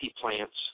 plants